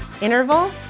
interval